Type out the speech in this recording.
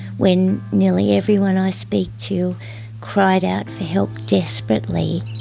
when nearly everyone i speak to cried out for help desperately.